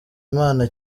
imana